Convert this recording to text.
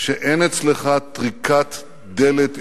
שאין אצלך טריקת דלת אידיאולוגית.